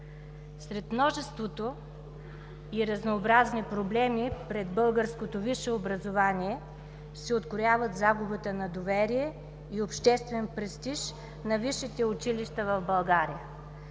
Сред множеството и разнообразни проблеми пред българското висше образование се открояват загубата на доверие и обществен престиж на висшите училища в България.